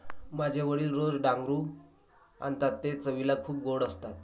माझे वडील रोज डांगरू आणतात ते चवीला खूप गोड असतात